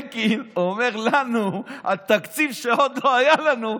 אלקין אומר לנו על תקציב שעוד לא היה לנו,